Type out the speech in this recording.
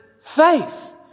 faith